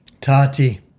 Tati